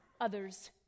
others